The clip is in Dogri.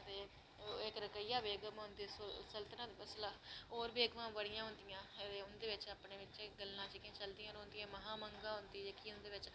इक रकेईया बेगम होंदी होर बी बड़ियां बेगमां होंदियां उंदे बिच्च अपने बिच्च गल्लां जेह्कियां चलदियां रौंह्दियां महांमंगा होंदी जेह्की उंदे बिच्च